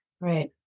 right